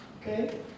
Okay